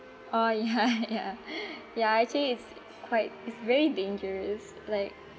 oh ya ya ya I think it's quite it's very dangerous like